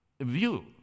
view